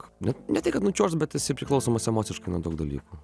ne ne tiek kad nučiuožt bet esi priklausomas emociškai nuo daug dalykų